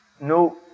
No